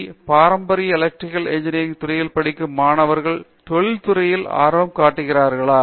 D பாரம்பரியமாக electrical இன்ஜினியரில் துறையில் முடிக்கும் மாணவர்களுக்கு தொழிலில் துறை ஆர்வம் காட்டுகிறார்கள்